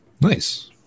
nice